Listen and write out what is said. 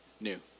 new